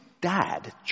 dad